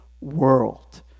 world